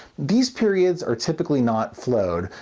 these periods are typically not flowed,